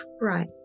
right